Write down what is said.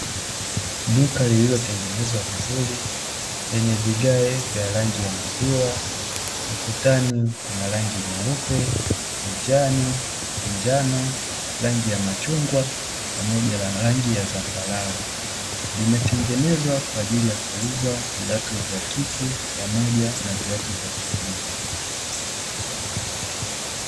Duka lililotengenezwa vizuri, lenye vigae vya rangi ya maziwa, ukutani kuna rangi nyeupe, kijani, njano, rangi ya machungwa, pamoja na rangi ya zambarau. Limetengenezwa kwa ajili ya kuuza viatu vya kike, pamoja na viatu vya kiume.